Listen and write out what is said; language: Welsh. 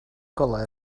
golau